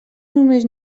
només